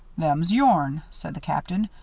them's yourn, said the captain.